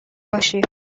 باشی